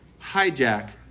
hijack